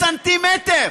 בסנטימטר,